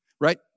right